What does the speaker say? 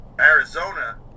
Arizona